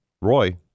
Roy